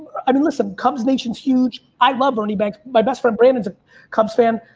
i mean, listen, cubs nation's huge. i love ernie banks, my best friend brandon's a cubs fan.